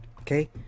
Okay